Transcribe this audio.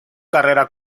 carrera